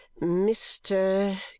Mr